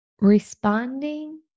responding